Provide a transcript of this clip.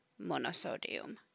monosodium